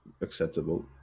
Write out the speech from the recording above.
acceptable